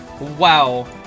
Wow